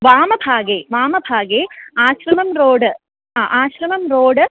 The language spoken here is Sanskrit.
वामभागे वामभागे आश्रमं रोड् आ आश्रमं रोड्